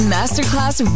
Masterclass